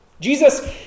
Jesus